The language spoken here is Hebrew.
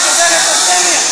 יש לך הזדמנות להגן על,